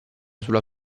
sulla